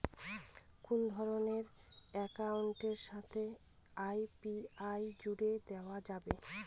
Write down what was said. কোন ধরণের অ্যাকাউন্টের সাথে ইউ.পি.আই জুড়ে দেওয়া যাবে?